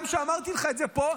גם כשאמרתי לך את זה פה,